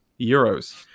euros